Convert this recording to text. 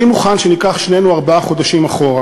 אני מוכן שניקח שנינו ארבעה חודשים אחורה